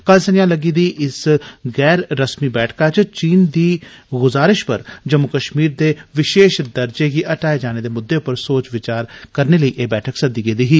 कल संजा लग्गी दी एह गैर रस्मी बैठक चीन दी ग्जारश पर जम्मू कश्मीर दे विशेष दर्जे गी हटाए जाने दे म्द्दे पर सोच विचार करने लेई सददी गेदी ही